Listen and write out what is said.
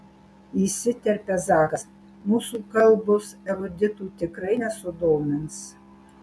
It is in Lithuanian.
įsiterpia zakas mūsų kalbos eruditų tikrai nesudomins